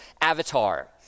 Avatar